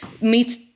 meets